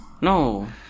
No